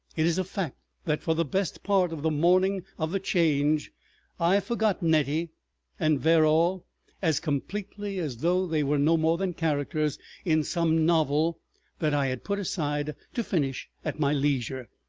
it is a fact that for the best part of the morning of the change i forgot nettie and verrall as completely as though they were no more than characters in some novel that i had put aside to finish at my leisure,